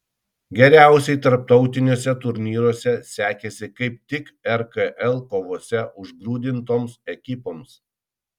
geriausiai tarptautiniuose turnyruose sekėsi kaip tik rkl kovose užgrūdintoms ekipoms